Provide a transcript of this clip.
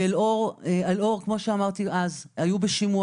אל אור היו בשימוע,